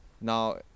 Now